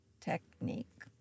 technique